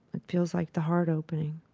it feels like the heart opening